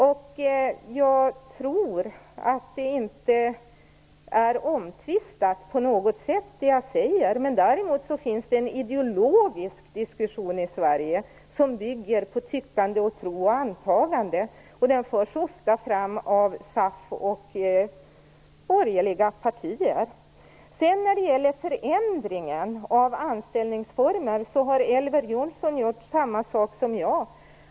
Jag tror att det jag säger inte är omtvistat på något sätt, men däremot finns det en ideologisk diskussion i Sverige som bygger på tyckande, tro och antagande, och den förs ofta fram av SAF och av borgerliga partier. När det gäller förändringen av anställningsformer har Elver Jonsson gjort samma sak som jag.